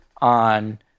on